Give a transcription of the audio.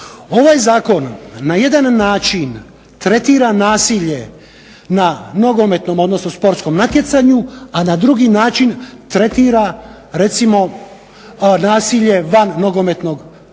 ovaj zakon na jedan način tretira nasilje na nogometnom, odnosno sportskom natjecanju, a na drugi način tretira recimo nasilje van nogometnog stadiona.